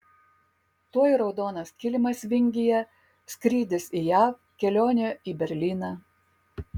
tuoj raudonas kilimas vingyje skrydis į jav kelionė į berlyną